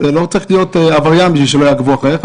לא צריך להיות עבריין בשביל שיעקבו אחריך,